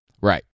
Right